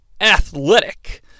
athletic